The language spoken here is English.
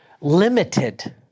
Limited